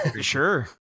sure